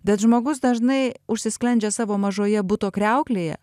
bet žmogus dažnai užsisklendžia savo mažoje buto kriauklėje